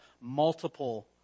multiple